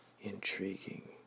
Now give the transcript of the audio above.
Intriguing